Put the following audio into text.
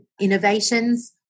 innovations